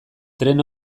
tren